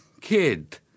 kid